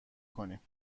کنیم